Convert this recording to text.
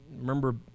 remember